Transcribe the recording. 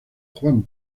juan